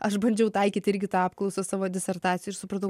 aš bandžiau taikyti irgi tą apklausą savo disertacijai ir supratau